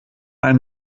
ein